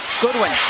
Goodwin